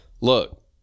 look